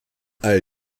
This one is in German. all